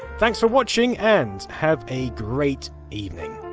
thanks for watching and, have a great evening.